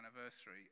anniversary